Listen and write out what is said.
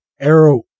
arrow